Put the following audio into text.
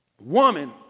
woman